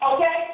Okay